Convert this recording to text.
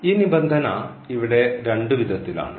ഈ നിബന്ധന ഇവിടെ രണ്ടു വിധത്തിലാണ്